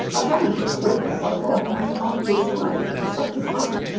a guidebook written by longtime comic book scribe simon furman.